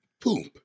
poop